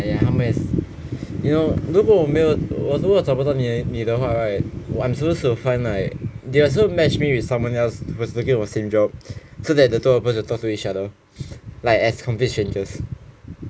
!aiya! 他们也是 you know 如果我没有我如果找不到你的话 right I'm supposed to find like they are supposed to match me with someone else who was looking for the same job so that the two of us will talk to each other like as complete strangers